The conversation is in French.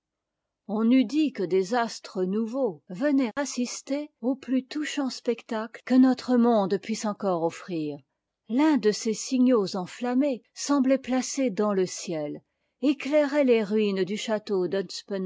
on eût dit que des astres nouveaux venaient assister au plus touchant spectacle que notre monde puisse encore offrir l'un de ces signaux enilammés semblait placé dans le ciel d'où il éclairait ies ruines du château